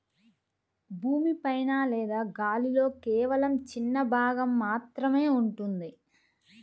భూమి పైన లేదా గాలిలో కేవలం చిన్న భాగం మాత్రమే ఉంటుంది